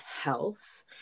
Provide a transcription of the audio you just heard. health